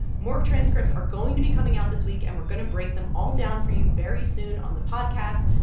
more transcripts are going to be coming out this week, and we're going to break them all down for you very soon on the podcast.